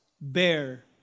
bear